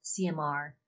CMR